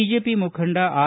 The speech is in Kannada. ಬಿಜೆಪಿ ಮುಖಂಡ ಆರ್